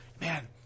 man